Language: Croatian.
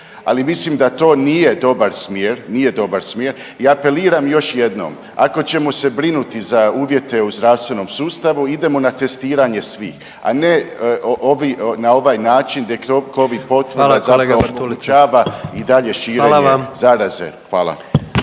dobar smjer, nije dobar smjer. I apeliram još jednom, ako ćemo se brinuti za uvjete u zdravstvenom sustavu idemo na testiranje svi, a ne na ovaj način gdje covid potvrda …/Upadica predsjednik: Hvala